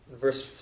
Verse